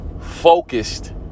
focused